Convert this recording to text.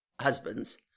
husbands